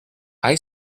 icbm